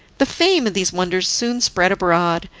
the fame of these wonders soon spread abroad,